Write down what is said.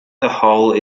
whole